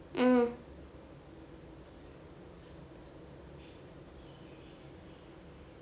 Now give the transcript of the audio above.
mm